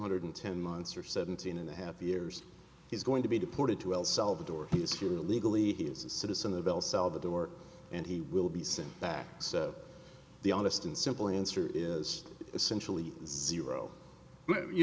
hundred ten months or seventeen and a half years he's going to be deported to el salvador he is here illegally he is a citizen of el salvador and he will be sent back so the honest and simple answer is essentially zero you